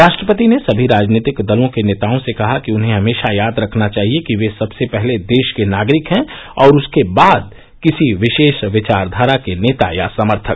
राष्ट्रपति ने समी राजनीतिक दलों के नेताओं से कहा कि उन्हें हमेशा याद रखना चाहिए कि वे सबसे पहले देश के नागरिक हैं और उसके बाद किसी विशेष विचारधारा के नेता या समर्थक